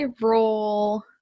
roll